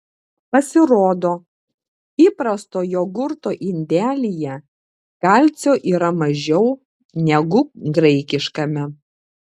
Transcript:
pasirodo įprasto jogurto indelyje kalcio yra mažiau negu graikiškame